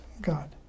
God